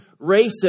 racist